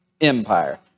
Empire